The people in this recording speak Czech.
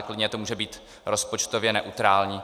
Klidně to může být rozpočtově neutrální.